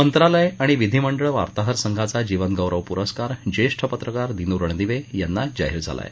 मंत्रालय आणि विधीमंडळ वार्ताहर संघाचा जीवन गौरव पुरस्कार ज्येष्ठ पत्रकार दिनू रणदिवे यांना जाहीर झाला आहे